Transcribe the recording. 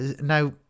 Now